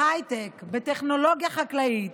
בהייטק, בטכנולוגיה חקלאית,